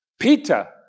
Peter